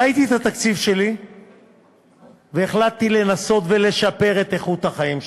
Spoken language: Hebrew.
ראיתי את התקציב שלי והחלטתי לנסות לשפר את איכות החיים שלהם.